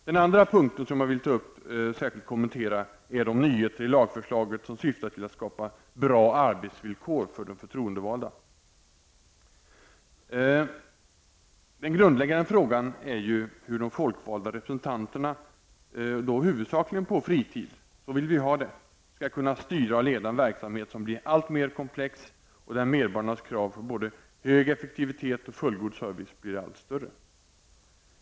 Den andra punkten som jag särskilt vill kommentera är de nyheter i lagförslaget som syftar till att skapa bra arbetsvillkor för de förtroendevalda. Den grundläggande frågan är ju hur de folkvalda representanterna -- huvudsakligen på fritid, för så vill vi ju ha det -- skall kunna styra och leda en verksamhet som blir alltmer komplex och där medborgarnas krav på både hög effektivitet och fullgod service blir allt större.